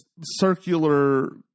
circular